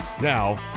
Now